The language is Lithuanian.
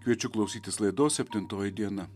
kviečiu klausytis laidos septintoji diena